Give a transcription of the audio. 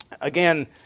Again